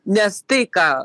nes tai ką